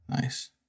Nice